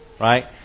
right